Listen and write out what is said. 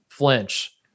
flinch